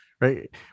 right